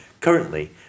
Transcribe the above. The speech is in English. Currently